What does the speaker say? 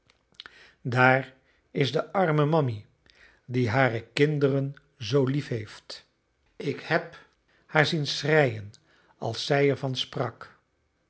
daar is de arme mammy die hare kinderen zoo liefheeft ik heb haar zien schreien als zij er van sprak